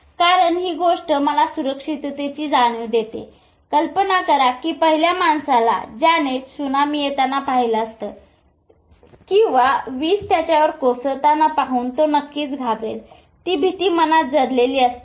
कारण ही गोष्ट मला सुरक्षिततेची जाणीव देते कल्पना करा की पहिल्या माणसाला ज्याने त्सुनामी येताना पाहिलं असतं किंवा विज त्याच्यावर कोसळताना पाहून तो नक्कीच घाबरेल ती भीती मनात जडलेली असते